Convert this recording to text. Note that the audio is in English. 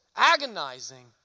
Agonizing